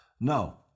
No